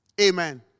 Amen